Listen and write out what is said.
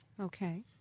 Okay